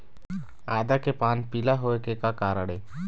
आदा के पान पिला होय के का कारण ये?